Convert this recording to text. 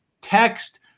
text